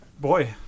Boy